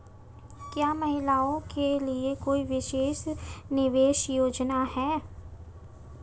क्या महिलाओं के लिए कोई विशेष निवेश योजना है?